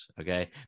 okay